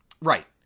Right